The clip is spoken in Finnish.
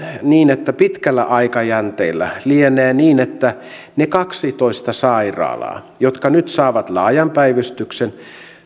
niin että pitkällä aikajänteellä lienee niin että ne kaksitoista sairaalaa jotka nyt saavat laajan päivystyksen